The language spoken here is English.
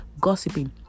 gossiping